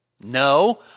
No